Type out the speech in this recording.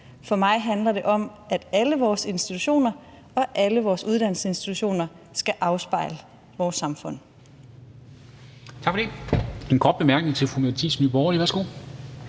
for mig handler det om, at alle vores institutioner og alle vores uddannelsesinstitutioner skal afspejle vores samfund.